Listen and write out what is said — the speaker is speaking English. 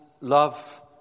love